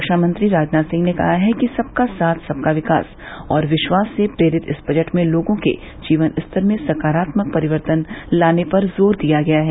रक्षामंत्री राजनाथ सिंह ने कहा है कि सबका साथ सबका विकास सबका विश्वास से प्रेरित इस बजट में लोगों के जीवनस्तर में सकारात्मक परिवर्तन लाने पर जोर दिया गया है